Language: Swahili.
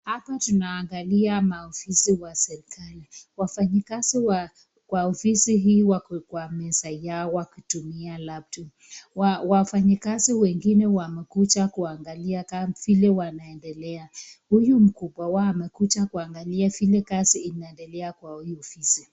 Hapa tunangalia maofisi ya serikali wafanyikazi kwa ofisi hii wamezoea kutumia laptopi, wafanyikazi wengine wamekuja kuangalia vile wanaendelea huyu mkubwa wao anangalia vile kazi inaendelea kwa hii ofisi.